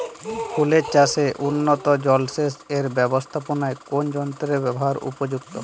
ফুলের চাষে উন্নত জলসেচ এর ব্যাবস্থাপনায় কোন যন্ত্রের ব্যবহার উপযুক্ত?